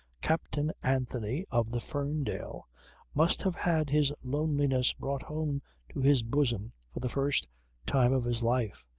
captain anthony of the ferndale must have had his loneliness brought home to his bosom for the first time of his life,